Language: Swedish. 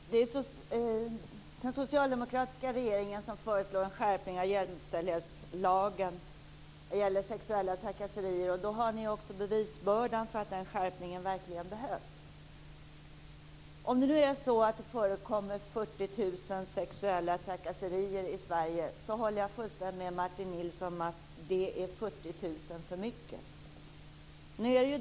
Herr talman! Det är en socialdemokratisk regering som föreslår en skärpning av jämställdhetslagen när det gäller sexuella trakasserier. Därför har ni socialdemokrater också bevisbördan för att den skärpningen verkligen behövs. Sverige håller jag fullständigt med Martin Nilsson om att det är 40 000 för mycket.